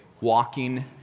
walking